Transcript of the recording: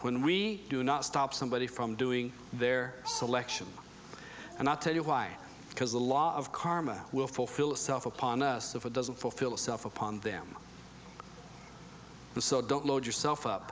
when we do not stop somebody from doing their selection and i'll tell you why because the law of karma will fulfill itself upon us if it doesn't fulfill itself upon them the so don't load yourself up